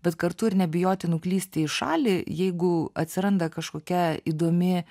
bet kartu ir nebijoti nuklysti į šalį jeigu atsiranda kažkokia įdomi